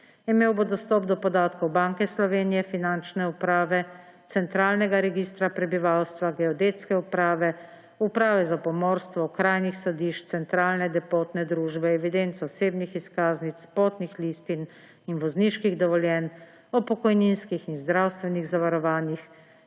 Imel bo dostop do podatkov Banke Slovenije, Finančne uprave, Centralnega registra prebivalstva, Geodetske uprave, Uprave za pomorstvo, okrajnih sodišč, Centralne depotne družbe, evidenc osebnih izkaznic, potnih listin in vozniških dovoljenj, o pokojninskih in zdravstvenih zavarovanjih,